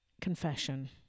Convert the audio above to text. confession